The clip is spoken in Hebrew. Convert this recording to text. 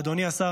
אדוני השר,